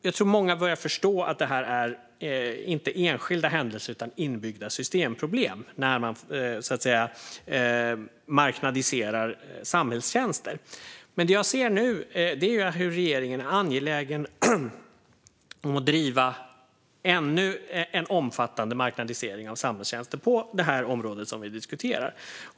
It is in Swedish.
Jag tror att många börjar förstå att det här inte är enskilda händelser utan inbyggda systemproblem när man så att säga marknadiserar samhällstjänster. Det jag ser nu är dock att regeringen är angelägen om att driva ännu en omfattande marknadisering av samhällstjänster på det område som vi diskuterar.